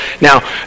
Now